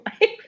life